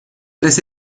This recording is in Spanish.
tres